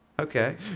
Okay